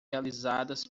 realizadas